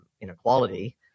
inequality